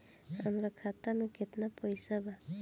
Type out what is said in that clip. हमार खाता मे केतना पैसा बा?